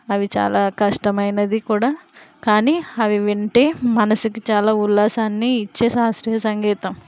అవి చాలా కష్టమైనది కూడా కానీ అవి వింటే మనసుకి చాలా ఉల్లాసాన్ని ఇచ్చే శాస్త్రీయ సంగీతం